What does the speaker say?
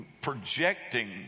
projecting